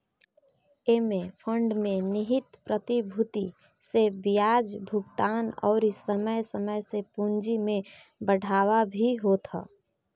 एमे फंड में निहित प्रतिभूति पे बियाज भुगतान अउरी समय समय से पूंजी में बढ़ावा भी होत ह